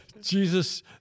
Jesus